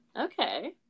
Okay